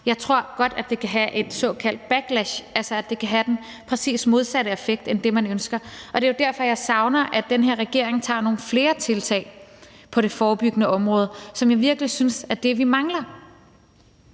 Jeg tror godt, at det kan have et såkaldt backlash, altså at det kan have den præcis modsatte effekt af det, man ønsker. Og det er jo derfor, jeg savner, at den her regering tager nogle flere tiltag på det forebyggende område, som jeg virkelig synes er det, vi mangler.